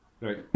Right